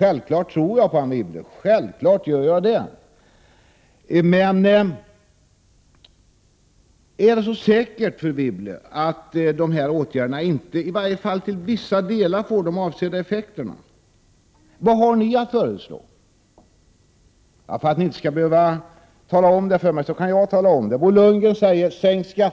Självfallet tror jag på Anne Wibble. Men är det så säkert, fru Wibble, att dessa åtgärder inte i varje fall till vissa delar får de avsedda effekterna? Vad har ni att föreslå? För att ni inte skall behöva tala om det, kan jag göra det. Bo Lundgren säger att vi skall sänka